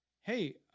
hey